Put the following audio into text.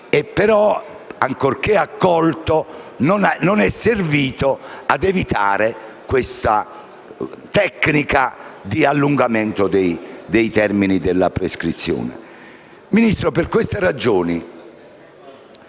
però, ancorché accolto, non è servito ad evitare questa tecnica di allungamento dei termini della prescrizione.